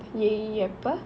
எப்ப:yeppa